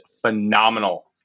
phenomenal